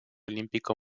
olímpico